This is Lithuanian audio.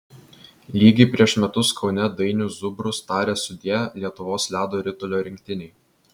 lygiai prieš metus kaune dainius zubrus tarė sudie lietuvos ledo ritulio rinktinei